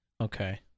Okay